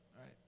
Right